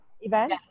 event